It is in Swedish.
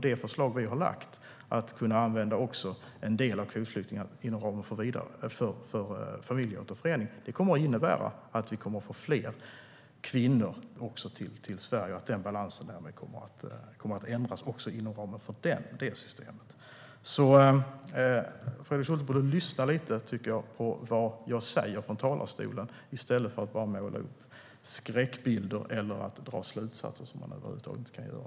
Det förslag vi har lagt fram, om att kunna använda en del av kvoten för familjeåterförening, kommer att innebära att fler kvinnor kommer till Sverige. Då kommer balansen att ändras också inom ramen för det systemet. Fredrik Schulte borde lyssna lite på vad jag säger i talarstolen i stället för att bara måla upp skräckbilder och dra sådana slutsatser som han drar.